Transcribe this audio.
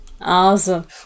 Awesome